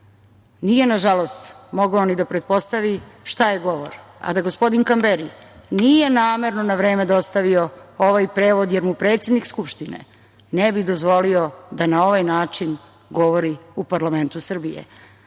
nije nažalost mogao ni da pretpostavi šta je govorio, a da gospodin Kamberi nije namerno na vreme dostavio ovaj prevod jer mu predsednik Skupštine ne bi dozvolio da na ovaj način govori u parlamentu Srbije,